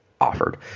offered